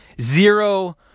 Zero